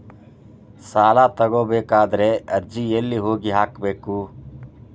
ಸಾಲ ತಗೋಬೇಕಾದ್ರೆ ಅರ್ಜಿ ಎಲ್ಲಿ ಹೋಗಿ ಹಾಕಬೇಕು?